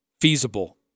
feasible